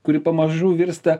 kuri pamažu virsta